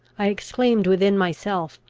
i exclaimed within myself,